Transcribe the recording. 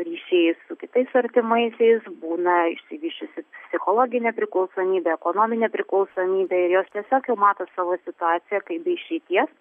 ryšiai su kitais artimaisiais būna išsivysčiusi psichologinė priklausomybė ekonominė priklausomybė ir jos tiesiog jau mato savo situaciją kaip be išeities